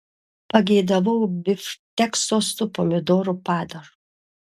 pageidavau bifštekso su pomidorų padažu